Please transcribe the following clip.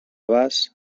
vas